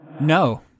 No